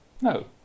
No